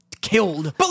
killed